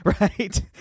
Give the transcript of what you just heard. right